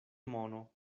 mono